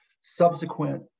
subsequent